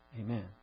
Amen